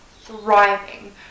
thriving